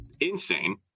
Insane